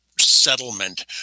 settlement